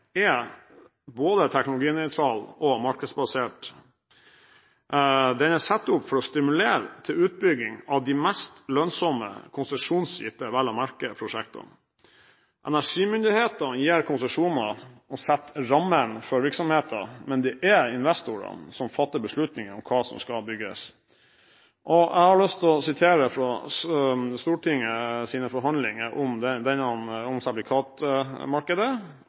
er både teknologinøytral og markedsbasert. Den er satt opp for å stimulere til utbygging av de mest lønnsomme – konsesjonsgitte, vel å merke – prosjektene. Energimyndighetene gir konsesjoner og setter rammene for virksomheten, men det er investorene som fatter beslutningen om hva som skal bygges. Jeg har lyst til å sitere fra Stortingets forhandlinger om